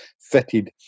fitted